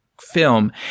film